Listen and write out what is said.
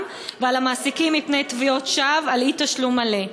ועל המעסיקים מפני תביעות שווא על אי-תשלום מלא.